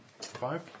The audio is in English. Five